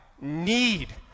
need